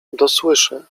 dosłyszę